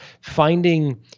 finding